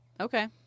Okay